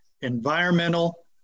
environmental